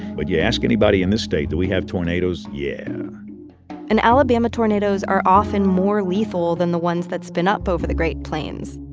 but you ask anybody in this state, do we have tornadoes? yeah and alabama tornadoes are often more lethal than the ones that spin up over the great plains.